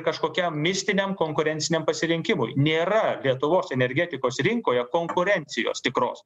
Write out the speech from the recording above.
kažkokiam mistiniam konkurenciniam pasirinkimui nėra lietuvos energetikos rinkoje konkurencijos tikros